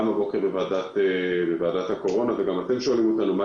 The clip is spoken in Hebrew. גם הבוקר בוועדת הקורונה וגם אתם שואלים אותנו,